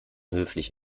höflich